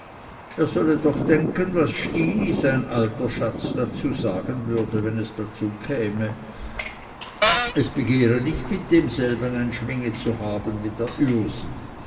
er solle doch denken was stini sein alter schatz dazu sagen würde wenn es dazukäme es begehre nicht mit demselben einen schwinget zu haben wie ürsi